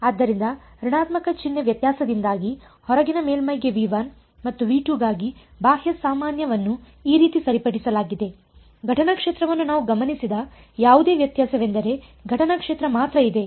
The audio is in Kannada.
ಆದ್ದರಿಂದ ಋಣಾತ್ಮಕ ಚಿಹ್ನೆ ವ್ಯತ್ಯಾಸದಿಂದಾಗಿ ಹೊರಗಿನ ಮೇಲ್ಮೈಗೆ ಮತ್ತು ಗಾಗಿ ಬಾಹ್ಯ ಸಾಮಾನ್ಯವನ್ನು ಈ ರೀತಿ ಸರಿಪಡಿಸಲಾಗಿದೆ ಘಟನಾ ಕ್ಷೇತ್ರವನ್ನು ನಾವು ಗಮನಿಸಿದ ಯಾವುದೇ ವ್ಯತ್ಯಾಸವೆಂದರೆ ಘಟನಾ ಕ್ಷೇತ್ರ ಮಾತ್ರ ಇದೆ